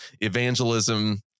evangelism